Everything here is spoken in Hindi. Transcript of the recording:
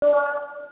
तो